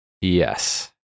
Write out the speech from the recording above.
Yes